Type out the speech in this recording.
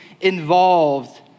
involved